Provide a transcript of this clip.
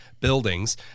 buildings